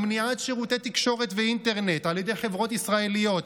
למניעת שידורי תקשורת ואינטרנט על ידי חברות ישראליות.